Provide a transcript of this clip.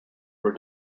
were